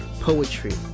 poetry